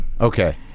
Okay